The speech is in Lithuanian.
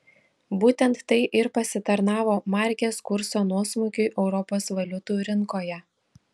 būtent tai ir pasitarnavo markės kurso nuosmukiui europos valiutų rinkoje